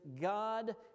God